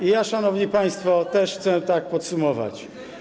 I ja, szanowni państwo, też chcę tak podsumować.